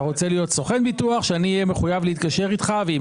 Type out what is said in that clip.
אתה רוצה להיות סוכן ביטוח ושאני אהיה מחויב להתקשר איתך ועם